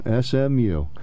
SMU